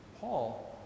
Paul